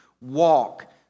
walk